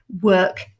work